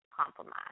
Compromise